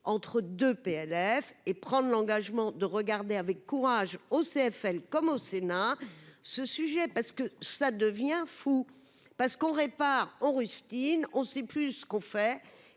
entre 2 PLF et prendre l'engagement de regarder avec courage au CFL comme au Sénat, ce sujet parce que ça devient fou parce qu'on répare, on rustines on sait plus ce qu'on fait